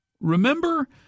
Remember